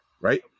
right